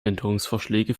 änderungsvorschläge